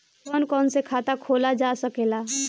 कौन कौन से खाता खोला जा सके ला?